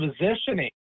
positioning